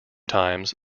times